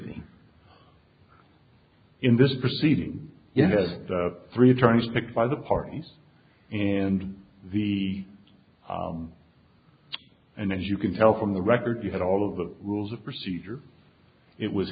f in this proceeding you have three attorneys picked by the parties and the and as you can tell from the record you had all of the rules of procedure it was